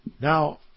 Now